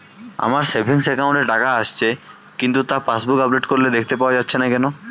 আমার savings account এ টাকা আসছে কিন্তু তা পাসবুক আপডেট করলে দেখতে পাওয়া যাচ্ছে না কেন?